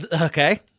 Okay